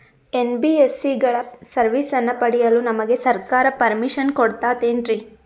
NBSC ಗಳ ಸರ್ವಿಸನ್ನ ಪಡಿಯಲು ನಮಗೆ ಸರ್ಕಾರ ಪರ್ಮಿಷನ್ ಕೊಡ್ತಾತೇನ್ರೀ?